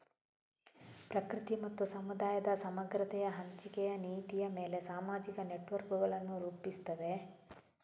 ಪ್ರಕೃತಿ ಮತ್ತು ಸಮುದಾಯದ ಸಮಗ್ರತೆಯ ಹಂಚಿಕೆಯ ನೀತಿಯ ಮೇಲೆ ಸಾಮಾಜಿಕ ನೆಟ್ವರ್ಕುಗಳನ್ನು ರೂಪಿಸುತ್ತವೆ